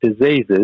diseases